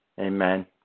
Amen